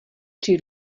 při